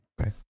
okay